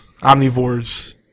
Omnivores